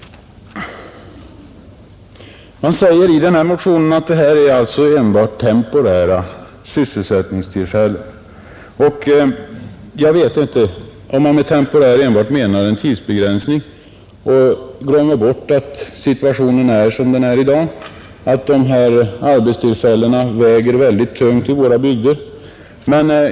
Det sägs i den motionen att det här gäller enbart temporära sysselsättningstillfällen. Jag vet inte om man med temporär enbart menar en tidsbegränsning och glömmer att situationen i dag är sådan, att arbetstillfällena väger mycket tungt i våra bygder.